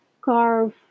carve